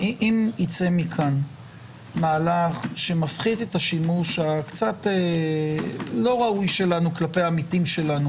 ייצא מכאן מהלך שמפחית את השימוש הקצת לא ראוי שלנו כלפי עמיתים שלנו